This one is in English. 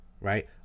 Right